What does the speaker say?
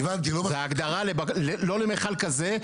וההגדרה לא למיכל כזה,